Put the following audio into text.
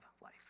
life